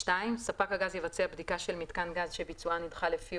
(2)ספק הגז יבצע בדיקה של מיתקן גז שביצועה נדחה לפי